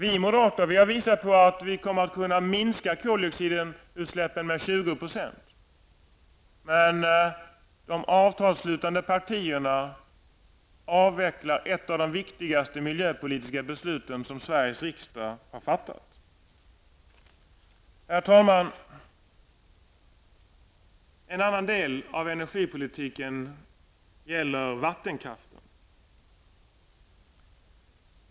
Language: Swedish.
Vi moderater har visat att vi kommer att kunna minska koldioxidutsläppen med 20 %, men de avtalsslutande partierna avvecklar ett av de viktigaste miljöpolitiska beslut som Sveriges riksdag har fattat. Herr talman! En annan del av energipolitiken gäller vattenkraften.